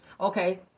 Okay